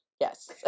Yes